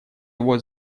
его